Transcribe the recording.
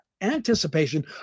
anticipation